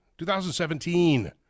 2017